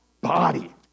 Body